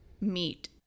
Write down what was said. meet